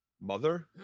mother